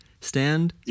stand